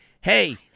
hey